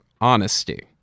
honesty